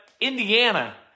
Indiana